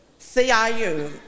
CIU